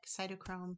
cytochrome